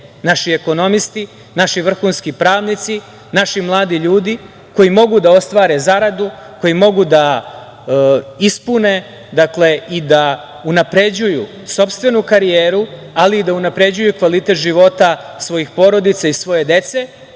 naši ekonomisti, naši vrhunski pravnici, naši mladi ljudi koji mogu da ostvare zaradu, koji mogu da ispune i da unapređuju sopstvenu karijeru, ali i da unapređuju kvalitet života svojih porodica i svoje dece